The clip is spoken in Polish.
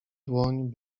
dłoń